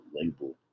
label